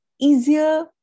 easier